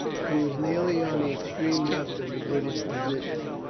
he was nearly on the extreme left of the british position.